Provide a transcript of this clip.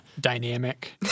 dynamic